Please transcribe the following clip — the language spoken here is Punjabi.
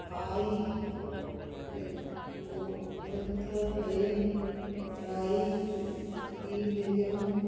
ਹਾਈਓਪਥਲਾਈਡ ਰਾਈ ਈ ਈਡਜ਼ਮ